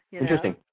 Interesting